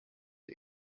oli